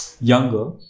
younger